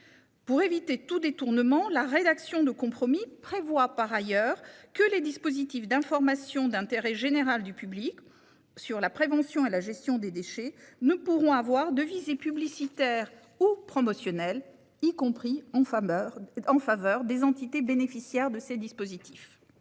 Pour éviter tout détournement, la rédaction de compromis vise à prévoir, par ailleurs, que les dispositifs d'information d'intérêt général du public sur la prévention et la gestion des déchets ne pourront pas avoir de visée publicitaire ou promotionnelle, y compris en faveur des entités bénéficiaires de ces dispositifs.